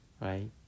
right